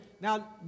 Now